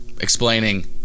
explaining